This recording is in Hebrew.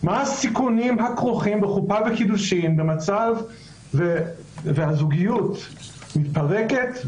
מה הסיכונים הכרוכים בחופה וקידושין במצב בו הזוגיות מתפרקת,